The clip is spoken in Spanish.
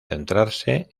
centrarse